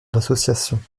l’association